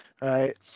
right